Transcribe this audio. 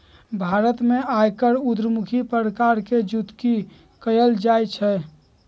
भारत में आयकर उद्धमुखी प्रकार से जुकती कयल जाइ छइ